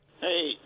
Hey